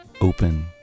open